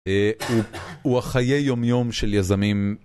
הוא החיי יומיום של יזמים.